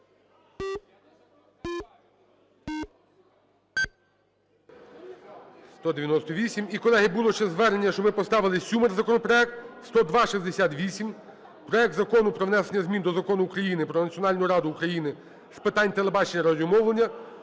І, колеги, ще було ще звернення, щоб ми поставили Сюмар законопроект, 10268: проект Закону про внесення змін до Закону України "Про Національну раду України з питань телебачення і радіомовлення".